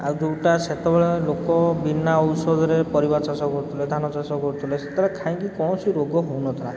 ଆଉ ଯେଉଁଟା ସେତେବେଳେ ଲୋକ ବିନା ଔଷଧରେ ପରିବା ଚାଷ କରୁଥିଲେ ଧାନ ଚାଷ କରୁଥିଲେ ସେତେବେଳେ କାହିଁକି କୌଣସି ରୋଗ ହେଉନଥିଲା